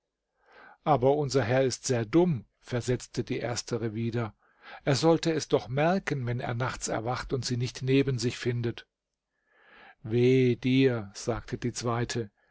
aber unser herr ist sehr dumm versetzte die erstere wieder er sollte es doch merken wenn er nachts erwacht und sie nicht neben sich findet weh dir sagte die zweite